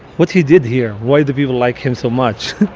what he did here? why the people like him so much?